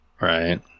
Right